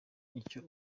icyo